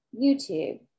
YouTube